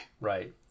Right